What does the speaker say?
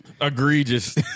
Egregious